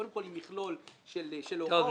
קודם כל עם מכלול של הוראות,